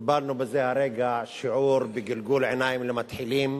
קיבלנו בזה הרגע שיעור בגלגול עיניים למתחילים,